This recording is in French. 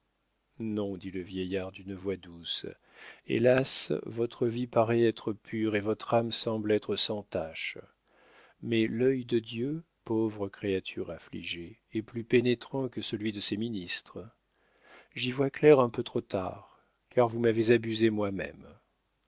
non dit le vieillard d'une voix douce hélas votre vie paraît être pure et votre âme semble être sans tache mais l'œil de dieu pauvre créature affligée est plus pénétrant que celui de ses ministres j'y vois clair un peu trop tard car vous m'avez abusé moi-même